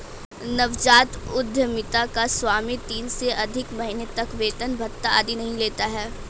नवजात उधमिता का स्वामी तीन से अधिक महीने तक वेतन भत्ता आदि नहीं लेता है